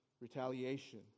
retaliation